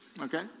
Okay